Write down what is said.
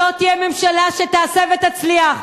זו תהיה ממשלה שתעשה ותצליח,